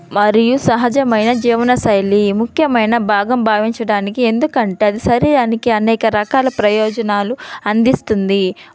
మరియు సహజమైన జీవనశైలి ముఖ్యమైన భాగం భావించడానికి ఎందుకంటే అది శరీరానికి అనేక రకాల ప్రయోజనాలు అందిస్తుంది